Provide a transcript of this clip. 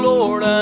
Lord